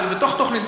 אם היא בתוך תוכנית,